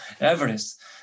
Everest